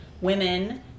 women